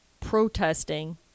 protesting